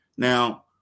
Now